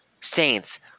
Saints